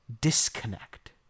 disconnect